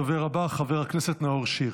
הדובר הבא, חבר הכנסת נאור שירי.